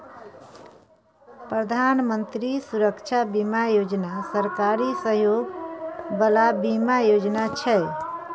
प्रधानमंत्री सुरक्षा बीमा योजना सरकारी सहयोग बला बीमा योजना छै